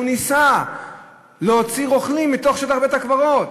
ניסה להוציא רוכלים מתוך שטח בית-הקברות